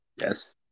Yes